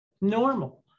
normal